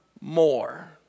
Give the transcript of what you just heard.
more